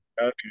Okay